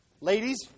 Ladies